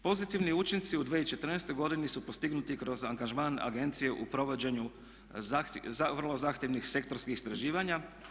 Pozitivni učinci u 2014.godini su postignuti kroz angažman agencije u provođenju vrlo zahtjevnih sektorskih istraživanja.